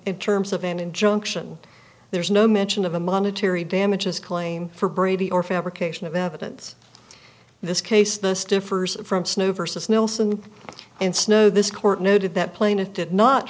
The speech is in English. it terms of an injunction there is no mention of a monetary damages claim for brady or fabrication of evidence in this case this differs from snow versus nelson and snow this court noted that plaintiff did not